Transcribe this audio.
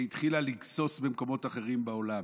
שהתחילה לגסוס במקומות אחרים בעולם,